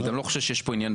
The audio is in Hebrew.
אני גם לא חושב שיש פה עניין,